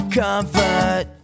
comfort